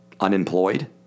unemployed